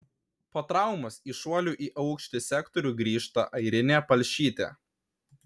po traumos į šuolių į aukštį sektorių grįžta airinė palšytė